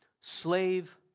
slave